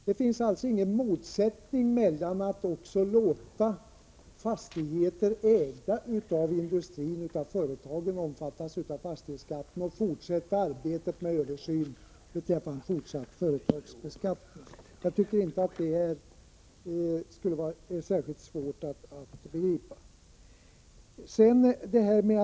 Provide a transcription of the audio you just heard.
Det finns alltså inga motsättningar mellan att låta också fastigheter ägda av industrier och företag omfattas av fastighetsskatten och att fortsätta arbetet med en översyn av företagsbeskattningen. Jag tycker inte att detta är särskilt svårt att begripa.